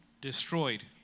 destroyed